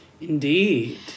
Indeed